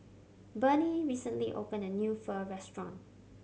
Bernie recently opened a new Pho restaurant